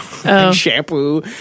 shampoo